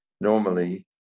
normally